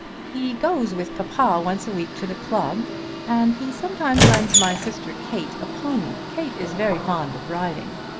he goes with papa once a week to the club and he sometimes lends my sister kate a pony. kate is very fond of riding.